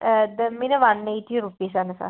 ദമ്മിന് one eighty റൂപ്പീസ്സാണ് sir